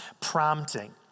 Prompting